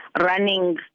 running